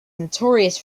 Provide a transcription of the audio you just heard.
notorious